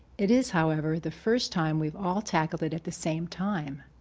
it is however, the first time we've all tackle that at the same time.